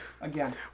again